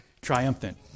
Triumphant